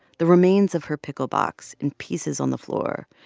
the remains of her pickle box in pieces on the floor,